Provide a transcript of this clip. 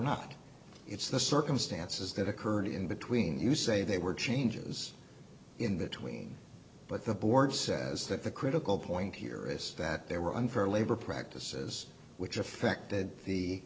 not it's the circumstances that occurred in between you say they were changes in between but the board says that the critical point here is that there were unfair labor practices which affected the